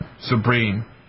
Supreme